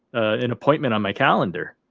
an appointment on my calendar,